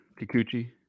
Kikuchi